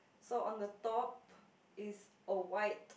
so on the top is a white